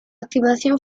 activación